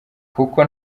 kuko